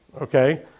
okay